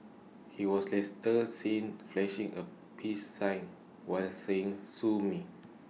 he was seen flashing A peace sign while saying sue me